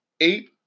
eight